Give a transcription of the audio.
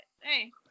Hey